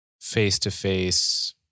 face-to-face